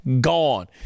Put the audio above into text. Gone